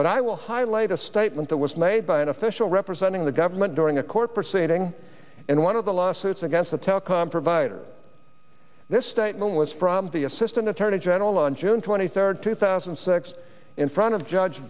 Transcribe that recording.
but i will highlight a statement that was made by an official representing the government during a court proceeding and one of the lawsuits against the telecom provider this statement was from the assistant attorney general on june twenty third two thousand and six in front of judge